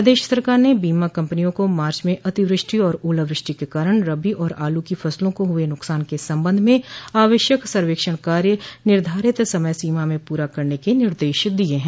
प्रदेश सरकार ने बीमा कम्पनियों को मार्च में अतिवृष्टि व ओलावृष्टि के कारण रबी और आलू की फसलों को हुए नुकसान के संबंध में आवश्यक सर्वेक्षण कार्य निर्धारित समय सीमा में पूरा करने के निर्देश दिये हैं